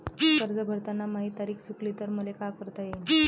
कर्ज भरताना माही तारीख चुकली तर मले का करता येईन?